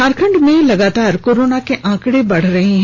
झारखंड में लगातार कोरोना के आंकड़े बढ़ रहे हैं